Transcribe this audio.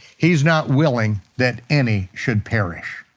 he's not willing that any should perish.